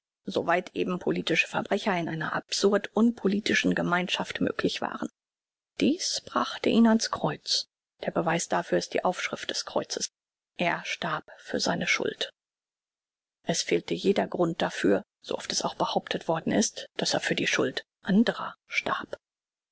eben politische verbrecher in einer absurd unpolitischen gemeinschaft möglich waren dies brachte ihn an's kreuz der beweis dafür ist die aufschrift des kreuzes er starb für seine schuld es fehlt jeder grund dafür so oft es auch behauptet worden ist daß er für die schuld andrer starb